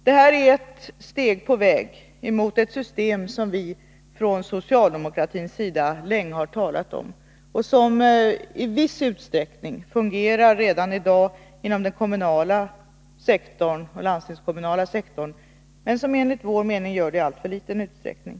Det här är ett steg på väg mot ett system som vi på socialdemokratiskt håll länge har talat om och som i viss utsträckning fungerar redan i dag inom den kommunala och landstingskommunala sektorn, men som enligt vår mening gör det i alltför liten utsträckning.